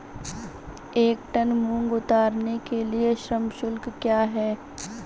एक टन मूंग उतारने के लिए श्रम शुल्क क्या है?